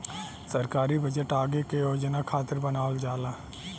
सरकारी बजट आगे के योजना खातिर बनावल जाला